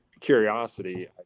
curiosity